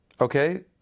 Okay